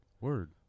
Word